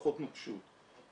פחות נוקשות,